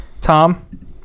Tom